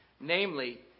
namely